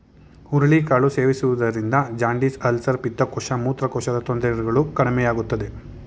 ಹುರುಳಿ ಕಾಳು ಸೇವಿಸುವುದರಿಂದ ಜಾಂಡಿಸ್, ಅಲ್ಸರ್, ಪಿತ್ತಕೋಶ, ಮೂತ್ರಕೋಶದ ತೊಂದರೆಗಳು ಕಡಿಮೆಯಾಗುತ್ತದೆ